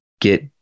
get